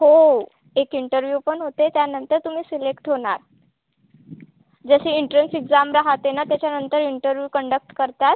हो एक इंटरव्ह्यू पण होते त्यानंतर तुम्ही सिलेक्ट होणार जसे एनट्रन्स एक्झाम राहते ना त्याच्यानंतर इंटरव्ह्यू कंडक्ट करतात